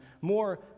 more